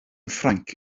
ffrainc